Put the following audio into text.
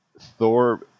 Thor